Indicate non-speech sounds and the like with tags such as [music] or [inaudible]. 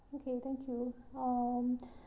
okay thank you um [breath]